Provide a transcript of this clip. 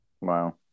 Wow